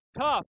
tough